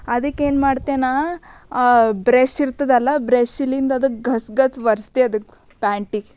ಅದಕ್ಕೇನು ಮಾಡ್ತೆ ನಾ ಬ್ರಷ್ ಇರ್ತದಲ್ಲ ಬ್ರಷ್ನಿಂದ ಅದಕ್ಕೆ ಗಸ್ ಗಸ್ ಒರೆಸಿ ಅದಕ್ಕೆ ಪ್ಯಾಂಟಿಗೆ